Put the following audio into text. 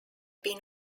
been